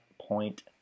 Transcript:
point